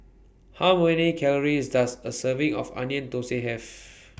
How Many Calories Does A Serving of Onion Thosai Have